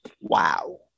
Wow